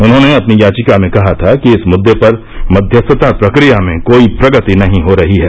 उन्होंने अपनी याचिका में कहा था कि इस मुद्दे पर मध्यस्थता प्रक्रिया में कोई प्रगति नहीं हो रही है